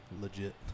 Legit